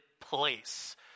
place